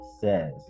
says